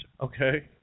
Okay